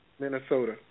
Minnesota